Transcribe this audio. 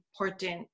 important